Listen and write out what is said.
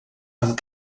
amb